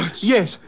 Yes